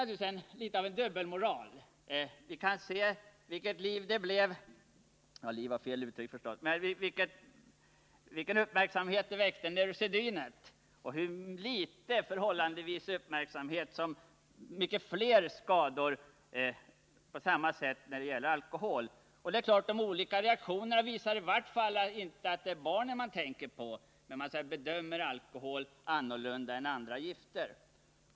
Det finns naturligtvis litet av en dubbelmoral här. Vi såg vilken uppmärksamhet neurosedynet väckte, och vi ser hur förhållandevis liten uppmärksamhet som väcks av de mycket fler fosterskador alkoholen förorsakar. Det är klart att de olika reaktionerna visar att det inte är barnen man tänker på när man bedömer alkoholen annorlunda än andra gifter.